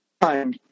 time